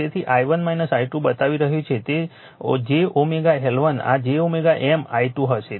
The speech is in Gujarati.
તેથી i1 i2 બતાવી રહ્યું છે તે j L1 આ j M i2 હશે